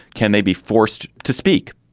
can they be forced to speak?